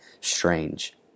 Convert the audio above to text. strange